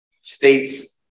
states